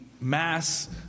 mass